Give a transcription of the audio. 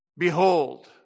Behold